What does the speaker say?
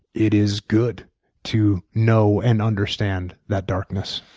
it is good to know and understand that darkness.